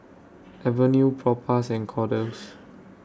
Avene Propass and Kordel's